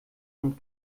und